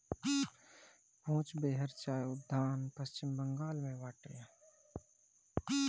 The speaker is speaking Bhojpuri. कोच बेहर चाय उद्यान पश्चिम बंगाल में बाटे